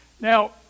Now